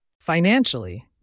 Financially